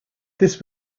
this